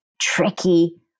tricky